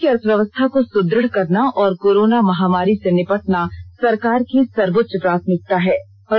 उन्होंने कहा कि अर्थव्यवस्था को सुदृढ़ करना और कोरोना महामारी से निपटना सरकार की सर्वोच्च प्राथमिकता है